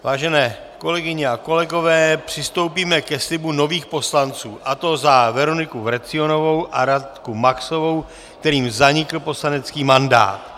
Vážené kolegyně a kolegové, přistoupíme k slibu nových poslanců, a to za Veroniku Vrecionovou a Radku Maxovou, kterým zanikl poslanecký mandát.